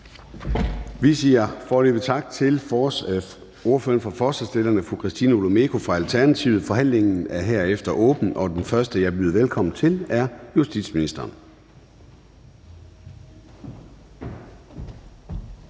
Vi siger foreløbig tak til ordføreren for forslagsstillerne, fru Christina Olumeko fra Alternativet. Forhandlingen er herefter åbnet, og den første, jeg byder velkommen til, er justitsministeren.